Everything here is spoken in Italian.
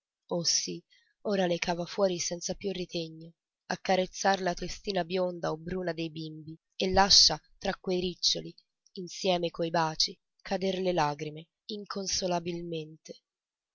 oh sì ora le cava fuori senza più ritegno a carezzar la testina bionda o bruna dei bimbi e lascia tra quei riccioli insieme coi baci cader le lagrime inconsolabilmente